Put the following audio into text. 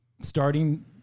starting